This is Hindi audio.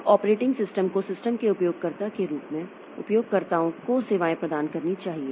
अब ऑपरेटिंग सिस्टम को सिस्टम के उपयोगकर्ता के रूप में उपयोगकर्ताओं को सेवाएं प्रदान करनी चाहिए